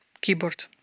keyboard